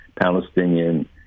Palestinian